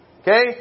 Okay